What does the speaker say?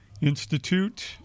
institute